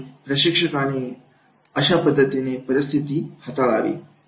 आणि प्रशिक्षकाने अशा पद्धतीने परिस्थिती हाताळावी